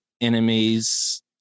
enemies